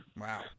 Wow